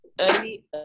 early